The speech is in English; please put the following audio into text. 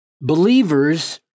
believers